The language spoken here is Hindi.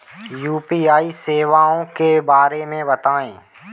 यू.पी.आई सेवाओं के बारे में बताएँ?